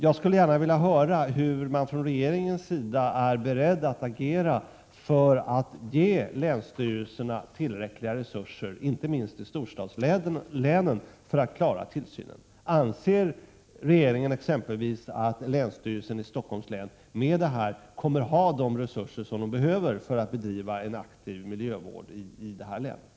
Jag skulle gärna vilja höra hur regeringen är beredd att agera för att ge länsstyrelserna tillräckliga resurser inte minst i storstadslänen för att klara tillsynen. Anser regeringen att exempelvis länsstyrelsen i Stockholms län med den fördelning som gjorts kommer att ha de resurser som behövs för att bedriva en aktiv miljövård i länet?